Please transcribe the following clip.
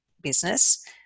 business